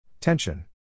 Tension